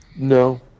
No